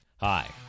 Hi